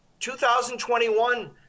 2021